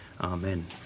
Amen